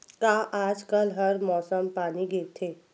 का आज कल हर मौसम पानी गिरथे?